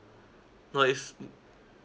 oh yes uh